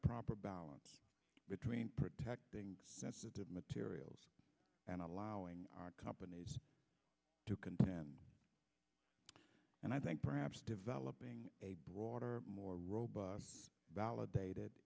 proper balance between protecting sensitive materials and allowing our companies to contend and i think perhaps developing a broader more robust validated